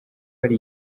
hari